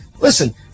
listen